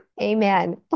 Amen